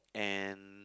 and